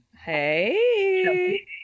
Hey